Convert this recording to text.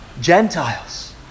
Gentiles